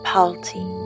Palti